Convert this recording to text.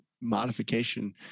modification